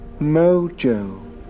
Mojo